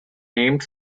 named